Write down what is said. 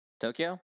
Tokyo